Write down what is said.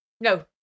No